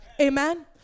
Amen